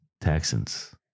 Texans